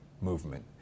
movement